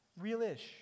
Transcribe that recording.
real-ish